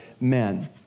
men